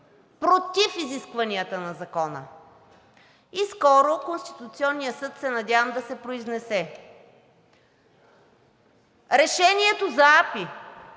против изискванията на закона. И скоро Конституционният съд се надявам да се произнесе. Решението за АПИ